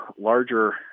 larger